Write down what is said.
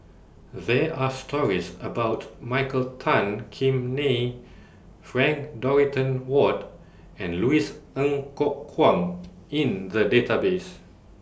There Are stories about Michael Tan Kim Nei Frank Dorrington Ward and Louis Ng Kok Kwang in The Database